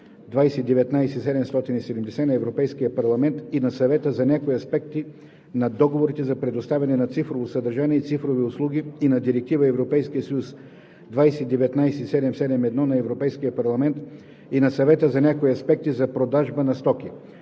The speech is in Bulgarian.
2019/770 на Европейския парламент и на Съвета за някои аспекти на договорите за предоставяне на цифрово съдържание и цифрови услуги и на Директива (ЕС) 2019/771 на Европейския парламент и на Съвета за някои аспекти за продажби на стоки.